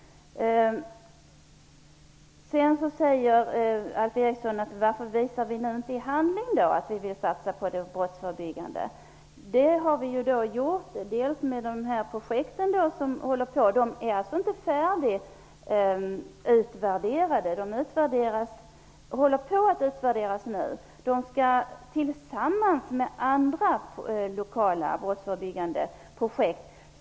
Alf Eriksson frågar varför vi inte visar i handling att vi vill satsa på brottsförebyggande arbete. Det har vi gjort, bl.a. med de projekt som är i gång. Dessa är alltså inte färdigutvärderade, utan en utvärdering av dem håller på nu. De projekten skall utvärderas tillsammans med andra lokala brottsförebyggande projekt.